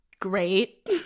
great